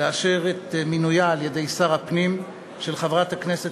לאשר את מינויה על-ידי שר הפנים של חברת הכנסת